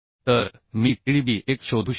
तर मी Tdb 1 शोधू शकतो